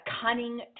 Cunning